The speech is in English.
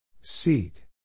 Seat